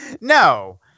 No